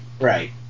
Right